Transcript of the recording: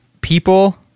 people